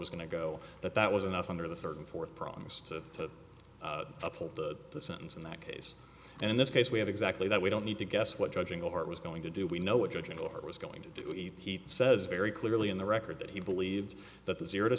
was going to go that that was enough under the third and fourth promise to uphold the sentence in that case and in this case we have exactly that we don't need to guess what judging or it was going to do we know what judging or was going to eat he says very clearly in the record that he believed that the zero